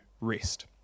rest